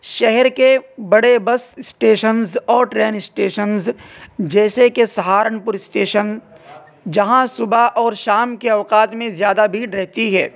شہر کے بڑے بس اسٹیشنز اور ٹرین اسٹیشنز جیسے کہ سہارنپور اسٹیشن جہاں صبح اور شام کے اوقات میں زیادہ بھیڑ رہتی ہے